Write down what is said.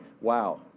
Wow